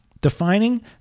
defining